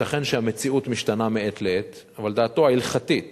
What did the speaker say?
ייתכן שהמציאות משתנה מעת לעת, אבל דעתו ההלכתית